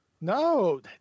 No